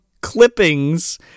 clippings